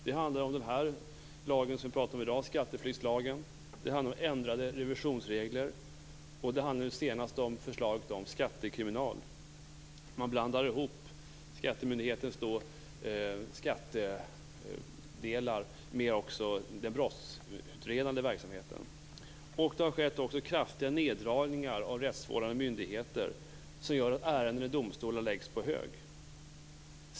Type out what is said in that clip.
Det handlar om den lag som vi diskuterar i dag, skatteflyktslagen, om ändrade revisionsregler och nu senast om förslaget till skattekriminal. Man blandar ihop skattemyndighetens skattedelar med den brottsutredande verksamheten. Det har också skett kraftiga neddragningar av rättsvårdande myndigheter som gör att ärenden i domstolar läggs på hög.